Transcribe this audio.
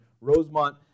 Rosemont